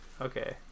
Okay